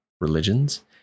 religions